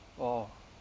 oh